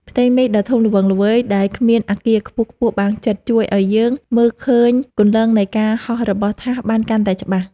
ផ្ទៃមេឃដ៏ធំល្វឹងល្វើយដែលគ្មានអគារខ្ពស់ៗបាំងជិត ជួយឱ្យយើងមើលឃើញគន្លងនៃការហោះរបស់ថាសបានកាន់តែច្បាស់។